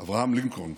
אברהם לינקולן